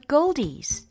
Goldies